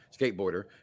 skateboarder